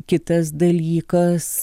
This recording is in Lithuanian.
kitas dalykas